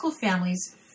families